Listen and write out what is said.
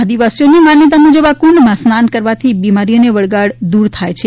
આદિવાસીઓની માન્યતા મુજબ આ કુંડમાં સ્નાન કરવાથી બીમારી વડગાળ દૂર થાય છે